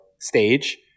stage